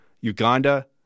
Uganda